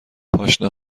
پاشنه